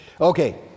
Okay